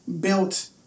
built